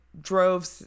drove